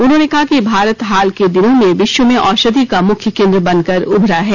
उन्होंने कहा कि भारत हाल के दिनों में विश्व में औषधि का मुख्य केन्द्र बनकर उभरा है